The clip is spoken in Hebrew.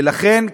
ולכן,